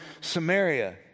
Samaria